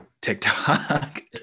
tiktok